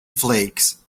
flakes